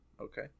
Okay